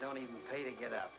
don't even pay to get